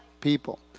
people